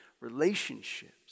relationships